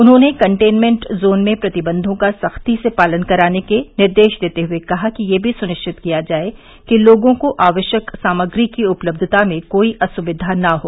उन्होंने containment zone में प्र तिबंधों का सख्ती से पालन कराने के निर्देश देते हुए कहा कि यह भी सुनिश्चित किया जाए कि लोगों को आवश्यक सामग्री की उपलब्यता में कोई असुविधा न हो